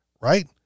right